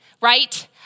right